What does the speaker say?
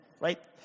right